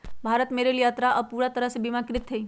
भारत में रेल यात्रा अब पूरा तरह से बीमाकृत हई